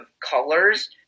colors